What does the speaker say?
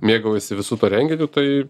mėgaujasi visu tuo renginiu tai